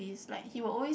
it's like he will always